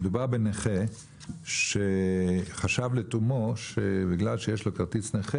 מדובר בנכה שחשב לתומו שבגלל שיש לו כרטיס נכה